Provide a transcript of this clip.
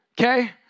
okay